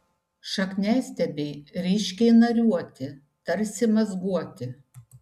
šakniastiebiai ryškiai nariuoti tarsi mazguoti